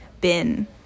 bin